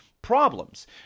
problems